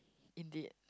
indeed